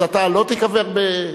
אז אתה לא תיקבר ב,